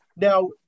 Now